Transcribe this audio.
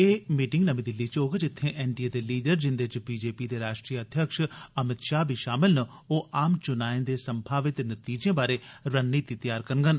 एह् मीटिंग नर्मी दिल्ली च होग जित्थें एन डी ए दे लीडर जिंदे च बीजेपी दे राष्ट्री अध्यक्ष अमित शाह बी शामिल न ओह आम चूनाएं दे संभावित नतीजें बारे रणनीति तैयार करड़न